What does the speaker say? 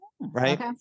right